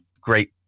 great